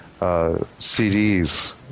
CDs